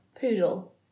poodle